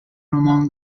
roman